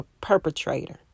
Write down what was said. perpetrator